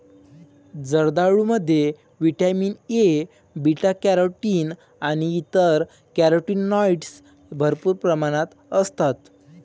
जर्दाळूमध्ये vitamin A, beta carotene आणि इतर कॅरोटीनॉइड्स भरपूर प्रमाणात असतात